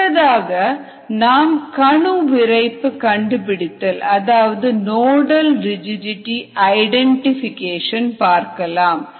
அடுத்ததாக நாம் கணு விரைப்பு கண்டுபிடித்தல் அதாவது நோடல் ரிஜிட்டிடி ஐடெண்டிஃபிகேஷன் பார்க்கலாம்